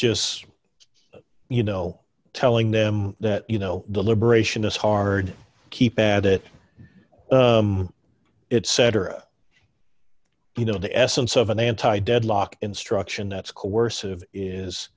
just you know telling them that you know the liberation is hard keypad that it cetera you know the essence of an anti deadlock instruction that's